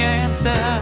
answer